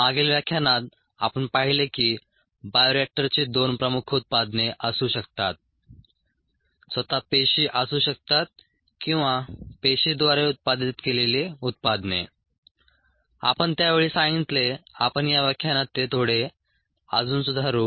मागील व्याख्यानात आपण पाहिले की बायोरिएक्टरची दोन प्रमुख उत्पादने असू शकतात स्वतः पेशी असू शकतात किंवा पेशीद्वारे उत्पादित केलेली उत्पादने आपण त्या वेळी सांगितले आपण या व्याख्यानात ते थोडे अजून सुधारू